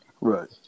Right